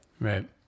Right